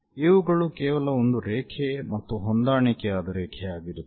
ಇವುಗಳು ಕೇವಲ ಒಂದು ರೇಖೆ ಮತ್ತು ಹೊಂದಾಣಿಕೆಯಾದ ರೇಖೆಯಾಗಿರುತ್ತದೆ